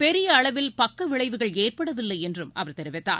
பெரியஅளவில் பக்கவிளைவுகள் ஏற்படவில்லைஎன்றுஅவர் தெரிவித்தார்